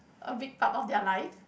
a big part of their life